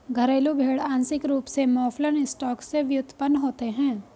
घरेलू भेड़ आंशिक रूप से मौफलन स्टॉक से व्युत्पन्न होते हैं